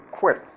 quit